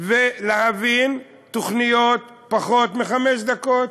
ולהבין תוכניות של פחות מחמש דקות.